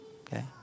okay